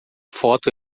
foto